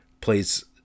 plays